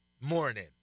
morning